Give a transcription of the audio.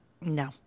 No